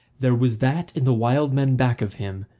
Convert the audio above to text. there was that in the wild men back of him,